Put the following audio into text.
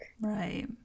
right